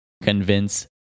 Convince